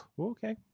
Okay